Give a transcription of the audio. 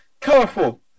colorful